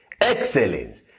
Excellence